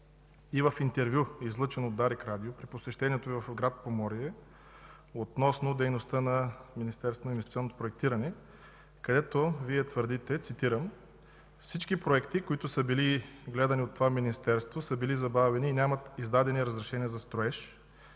и в интервю, излъчено от „Дарик радио” при посещението Ви в град Поморие, относно дейността на Министерството на инвестиционното проектиране, където Вие твърдите, цитирам: „Всички проекти, които са били гледани от това Министерство са били забавени и нямат издадени разрешения за строеж”.